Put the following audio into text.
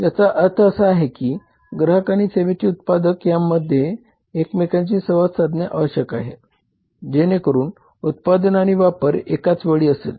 याचा अर्थ असा की ग्राहक आणि सेवेचे उत्पादक यांना एकमेकांशी संवाद साधणे आवश्यक आहे जेणेकरून उत्पादन आणि वापर एकाच वेळी असेल